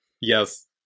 Yes